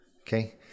Okay